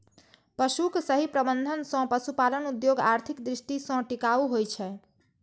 पशुक सही प्रबंधन सं पशुपालन उद्योग आर्थिक दृष्टि सं टिकाऊ होइ छै